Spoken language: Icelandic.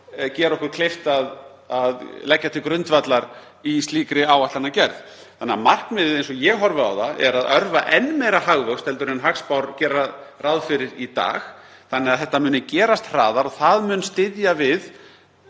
gera okkur kleift að leggja til grundvallar í slíkri áætlanagerð. Þannig að markmiðið eins og ég horfi á það er að örva enn meira hagvöxt en hagspár gera ráð fyrir í dag þannig að þetta muni gerast hraðar og það mun styðja við